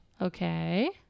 Okay